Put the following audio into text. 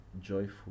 joyful